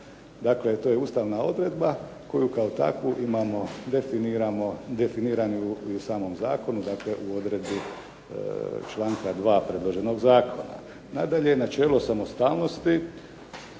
Dakle, to je ustavna odredba koju kao takvu imamo definiranu i u samom zakonu, dakle u odredbi članka 2. predloženog zakona. Nadalje, načelo samostalnosti,